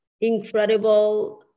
incredible